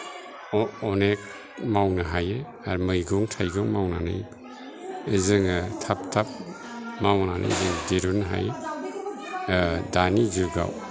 अनेख मावनो हायो आर मैगं थाइगं मावनानै जोङो थाब थाब मावनानै जोङो दिरुन्नो हायो दानि जुगाव